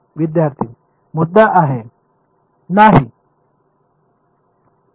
विद्यार्थी मुद्दा आहे